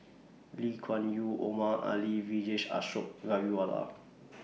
Lee Kuan Yew Omar Ali Vijesh Ashok Ghariwala